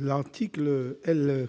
L'article L.